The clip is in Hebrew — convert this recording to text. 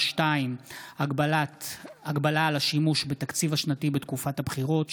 2. הגבלה על השימוש בתקציב השנתי בתקופת הבחירות,